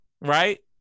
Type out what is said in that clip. right